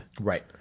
Right